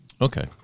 Okay